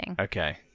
Okay